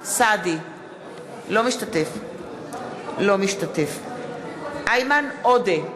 אינו משתתף בהצבעה איימן עודה,